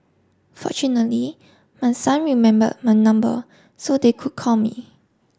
fortunately my son remembered my number so they could call me